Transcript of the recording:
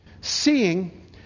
seeing